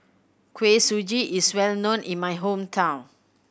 Kuih Suji is well known in my hometown